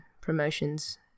promotions